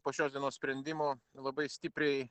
po šios dienos sprendimo labai stipriai